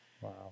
Wow